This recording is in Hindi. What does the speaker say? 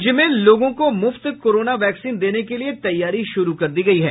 राज्य में लोगों को मुफ्त कोरोना वैक्सीन देने के लिए तैयारी शुरू कर दी गयी है